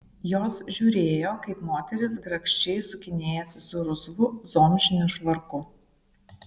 jos žiūrėjo kaip moteris grakščiai sukinėjasi su rusvu zomšiniu švarku